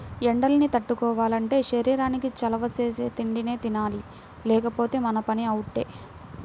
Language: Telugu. ఎండల్ని తట్టుకోవాలంటే శరీరానికి చలవ చేసే తిండినే తినాలి లేకపోతే మన పని అవుటే